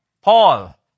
Paul